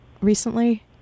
recently